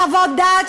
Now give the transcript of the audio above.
חוות דעת,